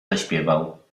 zaśpiewał